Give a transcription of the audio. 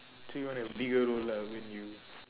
so you want to have bigger room lah when you